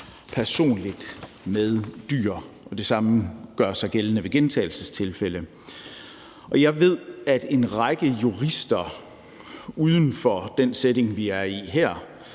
personligt med dyr.« Det samme gør sig gældende ved gentagelsestilfælde, og jeg ved, at en række jurister uden for den setting, vi er i her,